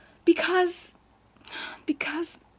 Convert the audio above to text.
because because